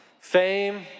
fame